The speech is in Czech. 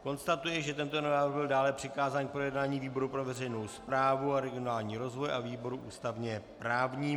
Konstatuji, že tento návrh byl dále přikázán k projednání výboru pro veřejnou správu a regionální rozvoj a výboru ústavněprávnímu.